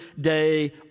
day